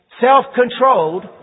Self-controlled